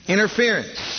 Interference